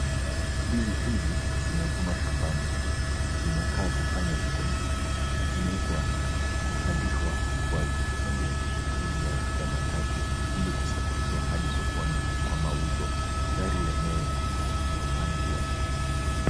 Ndizi hizi zimevunwa shambani, zinakam kufanya vizuri na zimepandishwa kwa juu ya kila ya matatu ili kusafirishwa hadi sokoni kwa mauzo. Gari lenyewe Lina rangi ya nyeupe.